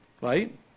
right